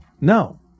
no